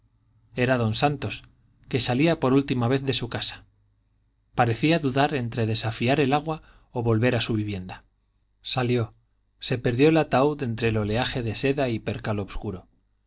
era don santos que salía por última vez de su casa parecía dudar entre desafiar el agua o volver a su vivienda salió se perdió el ataúd entre el oleaje de seda y percal obscuro